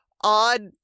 odd